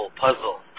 puzzle